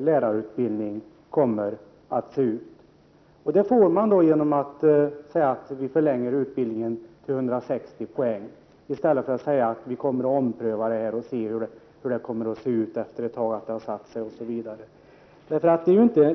lärarutbildningen kommer att se ut. Ett sådant klart besked kunde man ge studenterna genom att säga att utbildningen förlängs och kommer att omfatta 160 poäng i stället för att bara säga att frågan kommer att omprövas, därför att man vill se hur det hela kommer att te sig efter ett tag när verksamheten verkligen har kommit i gång osv.